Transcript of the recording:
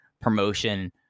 promotion